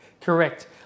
Correct